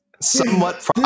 somewhat